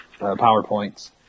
PowerPoints